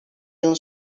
yılın